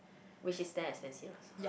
which is damn expensive also